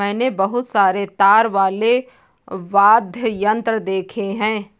मैंने बहुत सारे तार वाले वाद्य यंत्र देखे हैं